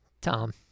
Tom